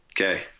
Okay